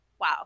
wow